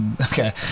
Okay